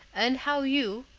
and how you,